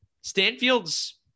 Stanfield's